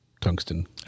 tungsten